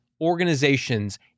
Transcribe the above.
organizations